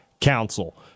Council